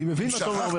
אני מבין מה תומר אומר.